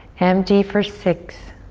empty for six,